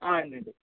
ആ ഉണ്ട് ഉണ്ട്